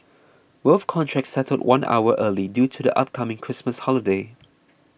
both contracts settled one hour early due to the upcoming Christmas holiday